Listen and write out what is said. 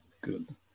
Good